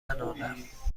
ننالم